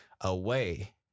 away